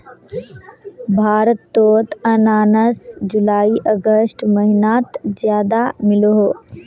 भारतोत अनानास जुलाई अगस्त महिनात ज्यादा मिलोह